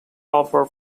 offer